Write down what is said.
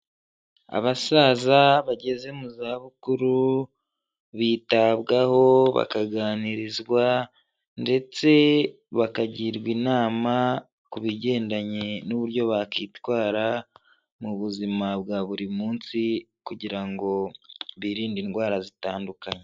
Abasaza bageze mu zabukuru bitabwaho, bakaganirizwa ndetse bakagirwa inama ku bigendanye n'uburyo bakitwara mu buzima bwa buri munsi, kugira ngo birinde indwara zitandukanye.